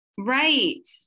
right